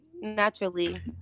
naturally